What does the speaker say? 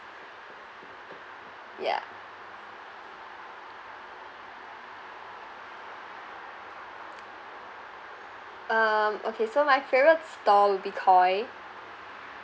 ya um okay so my favourite stall will be Koi